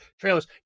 trailers